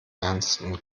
ernsten